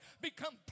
become